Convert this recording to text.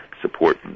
support